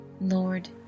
Lord